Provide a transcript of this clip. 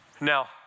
Now